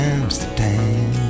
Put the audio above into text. Amsterdam